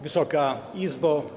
Wysoka Izbo!